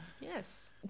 Yes